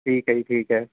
ਠੀਕ ਹੈ ਜੀ ਠੀਕ ਹੈ